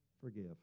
forgive